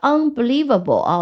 Unbelievable